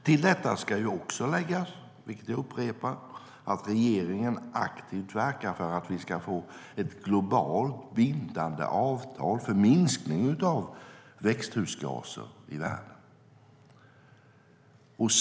Till detta ska läggas, vilket jag upprepar, att regeringen aktivt verkar för att vi ska få ett globalt bindande avtal för minskning av växthusgaser i världen.